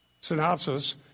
synopsis